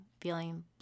feeling